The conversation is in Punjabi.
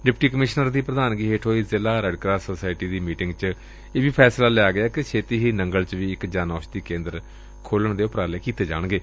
ਡਿਪਟੀ ਕਮਿਸ਼ਨਰ ਦੀ ਪ੍ਰਧਾਨਗੀ ਹੇਠ ਹੋਈ ਜ਼ਿਲ੍ਹਾ ਰੈੱਡ ਕਰਾਸ ਸੋਸਾਇਟੀ ਦੀ ਮੀਟਿੰਗ ਚ ਇਹ ਵੀ ਫੈਸਲਾ ਲਿਆ ਗਿਆ ਕਿ ਛੇਤੀ ਹੀ ਨੰਗਲ ਚ ਵੀ ਜਨ ਔਸ਼ਧੀ ਕੇਦਰ ਖੋਲੁਣ ਦੇ ਉਪਰਾਲੇ ਕੀਤੇ ਜਾਣਗੇ